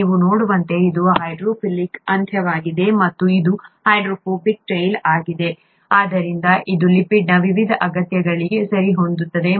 ನೀವು ನೋಡುವಂತೆ ಇದು ಹೈಡ್ರೋಫಿಲಿಕ್ ಅಂತ್ಯವಾಗಿದೆ ಮತ್ತು ಇದು ಹೈಡ್ರೋಫೋಬಿಕ್ ಟೈಲ್ ಆಗಿದೆ ಆದ್ದರಿಂದ ಇದು ಲಿಪಿಡ್ನ ವಿವಿಧ ಅಗತ್ಯಗಳಿಗೆ ಸರಿಹೊಂದುತ್ತದೆ